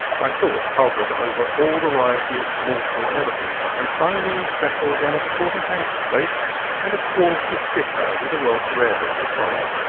my thoughts hovered over all varieties of mortal edible, and finally settled on a porterhouse steak and a quart of bitter with a welsh rabbit to follow.